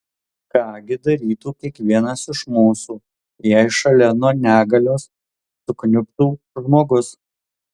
ką gi darytų kiekvienas iš mūsų jei šalia nuo negalios sukniubtų žmogus